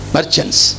Merchants